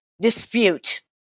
dispute